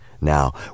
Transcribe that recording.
Now